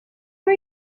are